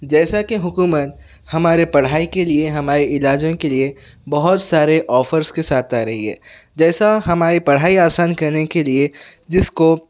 جیسا کہ حکومت ہمارے پڑھائی کے لئے ہمارے علاجوں کے لئے بہت سارے آفرس کے ساتھ آ رہی ہے جیسا ہماری پڑھائی آسان کرنے کے لئے جس کو